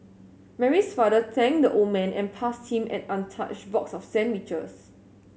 Mary's father thanked the old man and passed him an untouched box of sandwiches